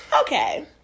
Okay